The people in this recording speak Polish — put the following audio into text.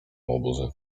łobuzy